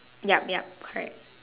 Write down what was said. yup yup correct